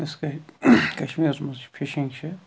کشمیٖرس منٛز چھِ فِشِنگ چھِ